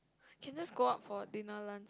can just go up for Dina-Lan